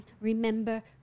Remember